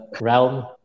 realm